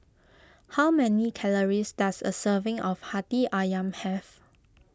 how many calories does a serving of Hati Ayam have